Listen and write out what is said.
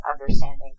understanding